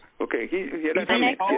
Okay